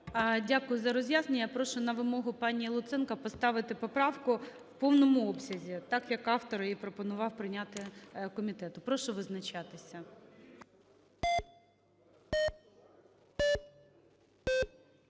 Дякую за роз'яснення. Прошу на вимогу пані Луценко поставити поправку в повному обсязі так як автор її пропонував прийняти комітету. Прошу визначатися.